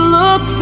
look